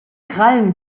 krallen